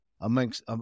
amongst